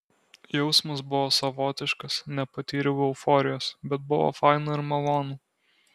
jausmas buvo savotiškas nepatyriau euforijos bet buvo faina ir malonu